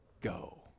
go